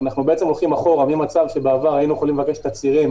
אנחנו בעצם הולכים אחורה ממצב שבעבר היינו יכולים לבקש תצהירים